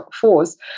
force